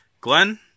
Glenn